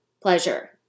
pleasure